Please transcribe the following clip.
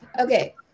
okay